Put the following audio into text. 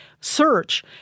search